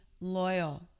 loyal